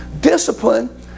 Discipline